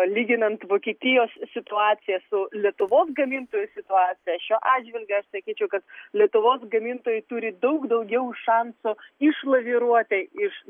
lyginant vokietijos situaciją su lietuvos gamintojų situacija šiuo atžvilgiu aš sakyčiau kad lietuvos gamintojai turi daug daugiau šansų išlaviruoti iš